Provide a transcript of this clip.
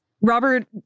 Robert